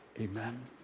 Amen